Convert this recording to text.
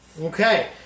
Okay